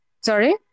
Sorry